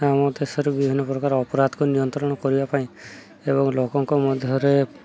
ଆମ ଦେଶରୁ ବିଭିନ୍ନ ପ୍ରକାର ଅପରାଧକୁ ନିୟନ୍ତ୍ରଣ କରିବା ପାଇଁ ଏବଂ ଲୋକଙ୍କ ମଧ୍ୟରେ